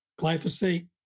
glyphosate